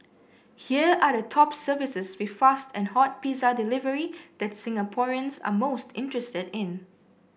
here are the top services with fast and hot pizza delivery that Singaporeans are most interested in